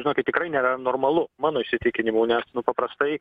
žinokit tikrai nėra normalu mano įsitikinimu nes nu paprastai